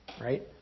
right